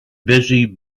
busy